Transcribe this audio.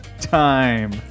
time